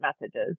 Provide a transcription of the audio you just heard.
messages